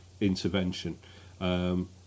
intervention